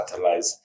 catalyze